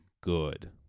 good